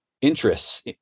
interests